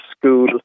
school